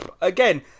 again